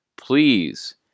please